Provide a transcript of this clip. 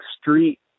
street